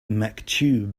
maktub